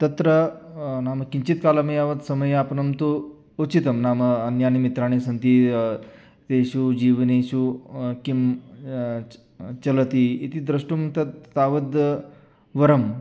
तत्र नाम किञ्चित् कालमेव समयापनं तु उचितं नाम अन्यानि मित्राणि सन्ति तेषु जीवनेषु किं च चलति इति द्रष्टुं तद् तावद् वरं